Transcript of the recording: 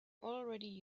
already